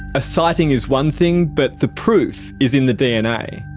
a sighting is one thing, but the proof is in the dna.